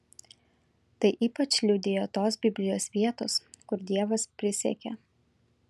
tai ypač liudija tos biblijos vietos kur dievas prisiekia